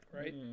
Right